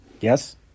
Yes